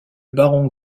baron